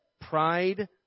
pride